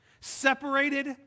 separated